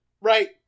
right